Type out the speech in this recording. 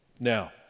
Now